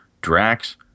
Drax